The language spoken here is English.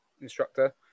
instructor